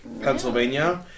Pennsylvania